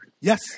yes